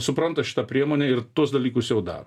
supranta šitą priemonę ir tuos dalykus jau daro